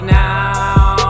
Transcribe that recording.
now